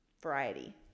Variety